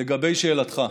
לגבי שאלתך.